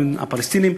לפלסטינים,